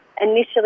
initially